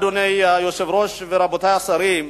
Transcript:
אדוני היושב-ראש ורבותי השרים,